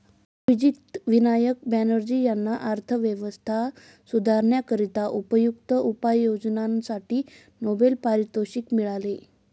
अभिजित विनायक बॅनर्जी यांना अर्थव्यवस्था सुधारण्याकरिता उपयुक्त उपाययोजनांसाठी नोबेल पारितोषिक मिळाले